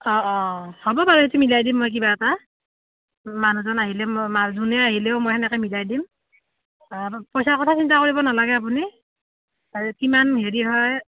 অঁ অঁ হ'ব বাৰু এইটো মিলাই দিম মই কিবা এটা মানুহজন আহিলে যোনে আহিলেও মই সেনেকে মিলাই দিম পইচা কথা চিন্তা কৰিব নালাগে আপুনি কিমান হেৰি হয়